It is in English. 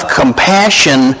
compassion